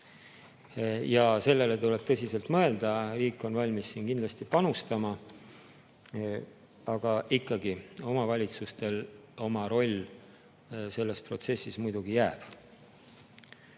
Sellele tuleb tõsiselt mõelda, riik on valmis siin kindlasti panustama. Aga ikkagi, omavalitsustele oma roll selles protsessis muidugi jääb.